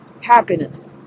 happiness